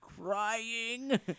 crying